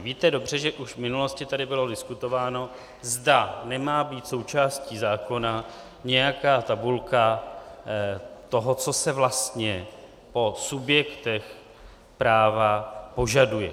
Víte dobře, že už v minulosti tady bylo diskutováno, zda má být součástí zákona nějaká tabulka toho, co se vlastně po subjektech práva požaduje.